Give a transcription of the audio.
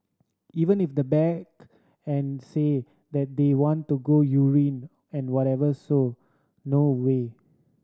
even if they beg and say that they want to go urine and whatsoever so no way